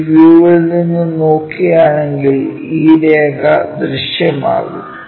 ഈ വ്യൂവിൽ നിന്നും നോക്കുകയാണെങ്കിൽ ഈ രേഖ ദൃശ്യമാകും